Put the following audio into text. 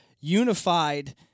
unified